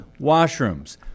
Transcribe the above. washrooms